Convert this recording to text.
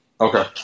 Okay